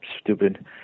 stupid